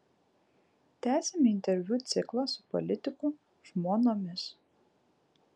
tęsiame interviu ciklą su politikų žmonomis